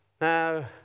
Now